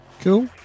Cool